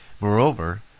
Moreover